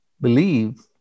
believe